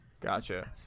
Gotcha